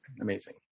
Amazing